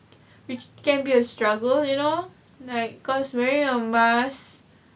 which can be a struggle you know like cause wearing a mask